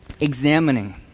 examining